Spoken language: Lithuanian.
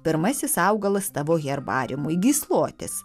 pirmasis augalas tavo herbariumui gyslotis